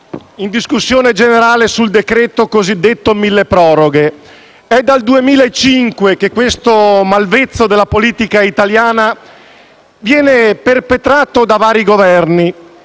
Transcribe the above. di discussione generale sul decreto-legge milleproroghe. È dal 2005 che questo malvezzo della politica italiana viene perpetrato da vari Governi.